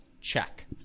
Check